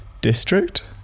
district